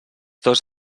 dos